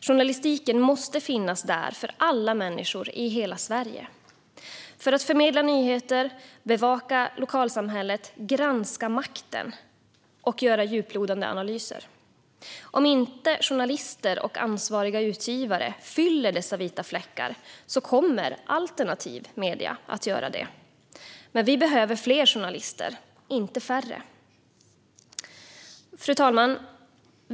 Journalistiken måste finnas där för alla människor i hela Sverige för att förmedla nyheter, bevaka lokalsamhället, granska makten och göra djuplodande analyser. Om inte journalister och ansvariga utgivare fyller dessa vita fläckar kommer alternativa medier att göra det. Men vi behöver fler journalister - inte färre. Fru talman!